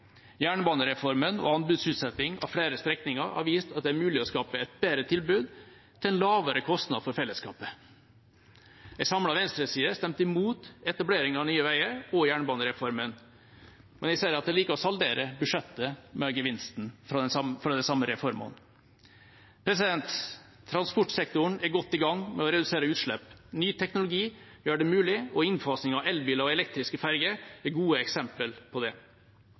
Jernbanereformen og anbudsutsetting av flere strekninger har vist at det er mulig å skape et bedre tilbud til en lavere kostnad for fellesskapet. En samlet venstreside stemte imot etableringen av Nye Veier og jernbanereformen, men jeg ser at de liker å saldere budsjettet med gevinsten fra de samme reformene. Transportsektoren er godt i gang med å redusere utslipp. Ny teknologi gjør det mulig, og innfasing av elbiler og elektriske ferger er gode eksempler på det.